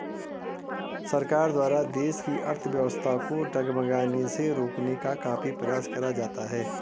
सरकार द्वारा देश की अर्थव्यवस्था को डगमगाने से रोकने का काफी प्रयास करा जाता है